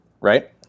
right